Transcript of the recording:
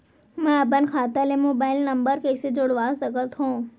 मैं अपन खाता ले मोबाइल नम्बर कइसे जोड़वा सकत हव?